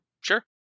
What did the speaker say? Sure